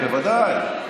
בוודאי.